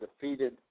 defeated